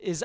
is